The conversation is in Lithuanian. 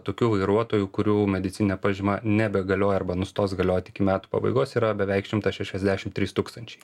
tokių vairuotojų kurių medicininė pažyma nebegalioja arba nustos galioti iki metų pabaigos yra beveik šimtas šešiasdešimt trys tūkstančiai